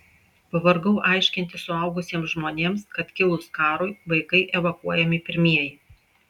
pavargau aiškinti suaugusiems žmonėms kad kilus karui vaikai evakuojami pirmieji